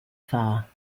fire